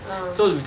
ah